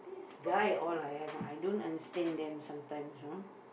right or I I have I don't understand them sometimes you know